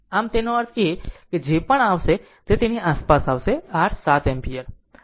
આમ તેનો અર્થ એ કે તે જે પણ આવશે તે આસપાસ આવશે r 7 એમ્પીયર